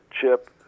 chip